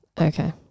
Okay